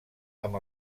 amb